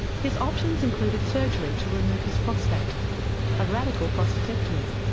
his options included surgery to remove his prostate a radical prostatectomy.